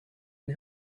and